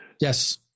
yes